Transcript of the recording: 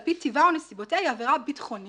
פי טיבה ונסיבותיה היא עבירה ביטחונית